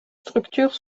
structures